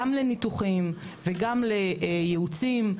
גם לניתוחים וגם לייעוצים,